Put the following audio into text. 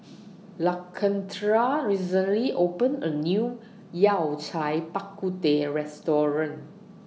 Lakendra recently opened A New Yao Cai Bak Kut Teh Restaurant